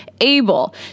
able